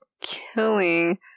killing